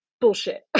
bullshit